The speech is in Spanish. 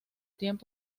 trineo